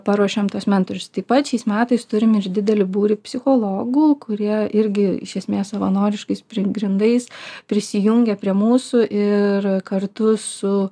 paruošiam tuos mentorius taip pat šiais metais turim ir didelį būrį psichologų kurie irgi iš esmės savanoriškais pagrindais prisijungė prie mūsų ir kartu su